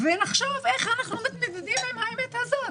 ונחשוב איך אנחנו מתמודדים עם האמת הזאת.